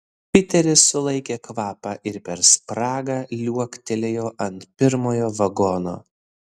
piteris sulaikė kvapą ir per spragą liuoktelėjo ant pirmojo vagono